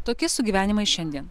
tokie sugyvenimai šiandien